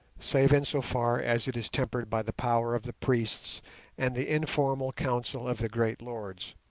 save in so far as it is tempered by the power of the priests and the informal council of the great lords